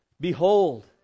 Behold